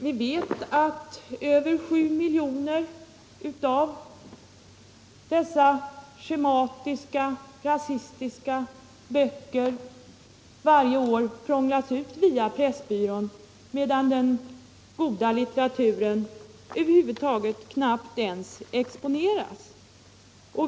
Vi vet att över 7 miljoner schematiskt upplagda och rasistiskt färgade böcker varje år prånglas ut via Pressbyrån medan den goda litteraturen över huvud taget knappt ens exponeras.